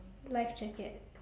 lifejacket